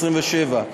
פ/3127,